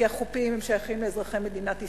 כי החופים שייכים לאזרחי מדינת ישראל,